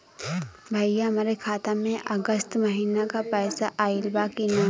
भईया हमरे खाता में अगस्त महीना क पैसा आईल बा की ना?